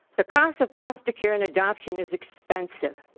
the cost to foster care and adoption is expensive.